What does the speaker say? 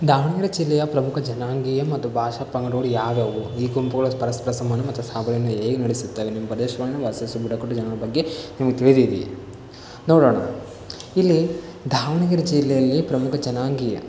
ದಾವಣಗೆರೆ ಜಿಲ್ಲೆಯ ಪ್ರಮುಖ ಜನಾಂಗೀಯ ಮತ್ತು ಭಾಷಾ ಪಂಗಡಗಳು ಯಾವ್ಯಾವು ಈ ಗುಂಪುಗಳ ಪರಸ್ಪರ ಸಂಬಂಧ ಮತ್ತು ಸಹಬಾಳ್ವೆಯನ್ನು ಹೇಗೆ ನಡೆಸುತ್ತಾರೆ ನಿಮ್ಮ ಪ್ರದೇಶಗಳನ್ನ ವಾಸಿಸುವ ಬುಡಕಟ್ಟು ಜನಾಂಗ ಬಗ್ಗೆ ನಿಮಗೆ ತಿಳಿದಿದೆಯೇ ನೋಡೋಣ ಇಲ್ಲಿ ದಾವಣಗೆರೆ ಜಿಲ್ಲೆಯಲ್ಲಿ ಪ್ರಮುಖ ಜನಾಂಗೀಯ